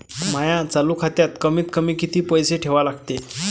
माया चालू खात्यात कमीत कमी किती पैसे ठेवा लागते?